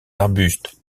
arbustes